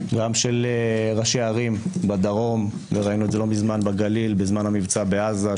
גם של ראשי ערים בדרום וראינו את זה לא מזמן בגליל בזמן המבצע בעזה,